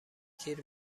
تیر